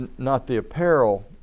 not the apparel